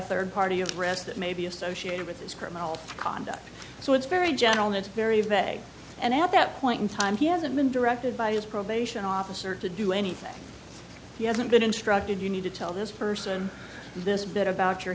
third party of arrest that may be associated with his criminal conduct so it's very general it's very veg and at that point in time he hasn't been directed by his probation officer to do anything he hasn't been instructed you need to tell this person this bit about your